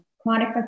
chronic